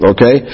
Okay